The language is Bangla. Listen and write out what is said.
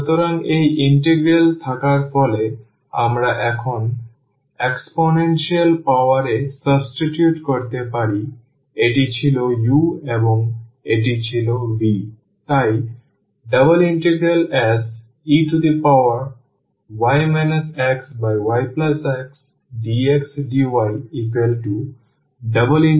সুতরাং এই ইন্টিগ্রাল থাকার ফলে আমরা এখন এক্সপোনেন্সিয়াল পাওয়ার এ সাবস্টিটিউট করতে পারি এটি ছিল u এবং এটি ছিল v